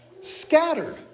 scattered